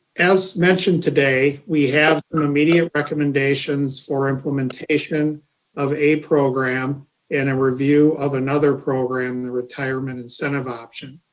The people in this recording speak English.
as mentioned today, we have an immediate recommendations for implementation of a program and a review of another program, the retirement incentive option.